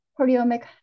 proteomic